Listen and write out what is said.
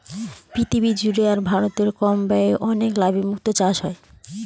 পৃথিবী জুড়ে আর ভারতে কম ব্যয়ে অনেক লাভে মুক্তো চাষ হয়